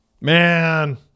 Man